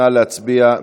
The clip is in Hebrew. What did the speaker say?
נא להצביע.